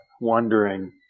wondering